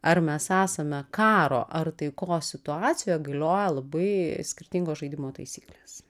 ar mes esame karo ar taikos situacijoje galioja labai skirtingos žaidimo taisyklės